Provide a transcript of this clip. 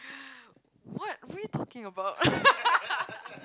what what are you talking about